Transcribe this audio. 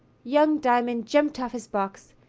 young diamond jumped off his box,